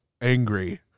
angry